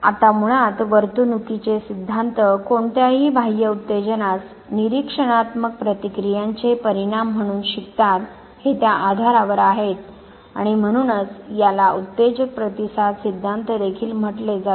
आता मुळात वर्तणुकीचे सिद्धांत कोणत्याही बाह्य उत्तेजनास निरिक्षणात्मक प्रतिक्रियांचे परिणाम म्हणून शिकतात हे त्या आधारावर आहेत आणि म्हणूनच याला उत्तेजक प्रतिसाद सिद्धांत देखील म्हटले जाते